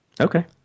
Okay